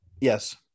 Yes